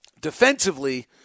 defensively